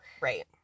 Right